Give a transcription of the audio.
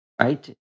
right